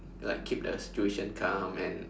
like keep the situation calm and